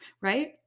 Right